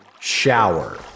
shower